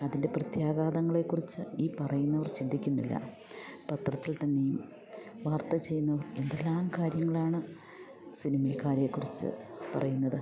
അതിൻ്റെ പ്രത്യാഘാതങ്ങളെ കുറിച്ച് ഈ പറയുന്നവർ ചിന്തിക്കുന്നില്ല പത്രത്തിൽ തന്നെയും വാർത്ത ചെയ്യുന്നവർ എന്തെല്ലാം കാര്യങ്ങളാണ് സിനിമക്കാരെ കുറിച്ച് പറയുന്നത്